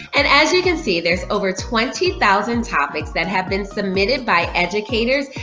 and as you can see there's over twenty thousand topics that have been submitted by educators,